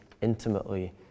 intimately